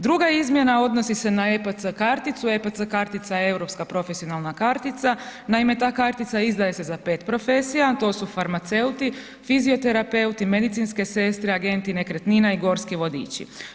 Druga izmjena odnosi se na EPC karticu, EPC kartica je Europska profesionalna kartica, naime, ta kartica izdaje se za 5 profesija, to su farmaceuti, fizioterapeuti, medicinske sestre, agenti nekretnina i gorski vodići.